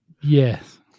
yes